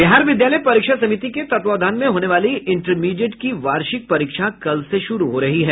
बिहार विद्यालय परीक्षा समिति के तत्वावधान में होने वाली इंटरमीडिएट की वार्षिक परीक्षा कल से शुरू हो रही है